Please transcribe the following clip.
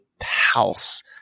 house